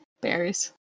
berries